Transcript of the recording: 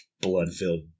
Blood-filled